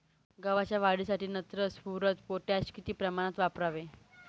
गव्हाच्या वाढीसाठी नत्र, स्फुरद, पोटॅश किती प्रमाणात वापरावे?